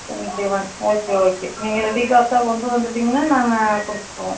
twenty one okay okay நீங்கள் ready கேஷ்ஷாக கொண்டு வந்துட்டீங்கன்னா நாங்கள் கொடுத்துருவோம்